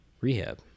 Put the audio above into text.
rehab